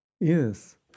Yes